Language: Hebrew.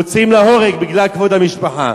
מוציאים להורג בגלל כבוד המשפחה.